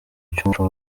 cy’umuco